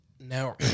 Now